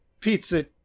pizza